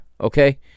Okay